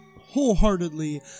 wholeheartedly